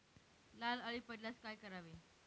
लाल अळी पडल्यास काय करावे?